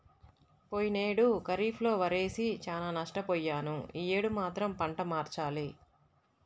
పోయినేడు ఖరీఫ్ లో వరేసి చానా నష్టపొయ్యాను యీ యేడు మాత్రం పంట మార్చాలి